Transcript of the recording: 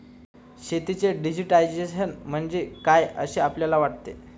शेतीचे डिजिटायझेशन म्हणजे काय असे आपल्याला वाटते?